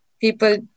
People